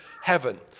heaven